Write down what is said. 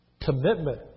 commitment